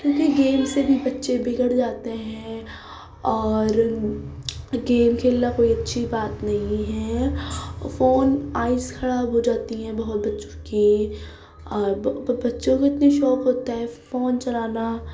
کیونکہ گیم سے بھی بچے بگڑ جاتے ہیں اور گیم کھیلنا کوئی اچھی بات نہیں ہے فون آئز خراب ہو جاتی ہیں بہت بچوں کے بچوں کو اتنے شوق ہوتا ہے فون چلانا